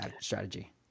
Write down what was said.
strategy